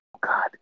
God